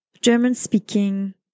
German-speaking